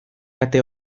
kate